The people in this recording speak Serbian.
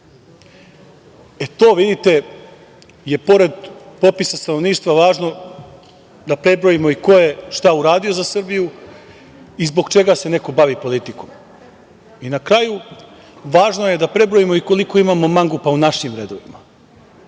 E to je, vidite, pored popisa stanovništva važno da prebrojimo i ko je šta uradio za Srbiju i zbog čega se neko bavi politikom. Na kraju, važno je da prebrojimo koliko imamo mangupa u našim redovima.